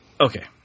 Okay